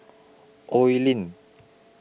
Oi Lin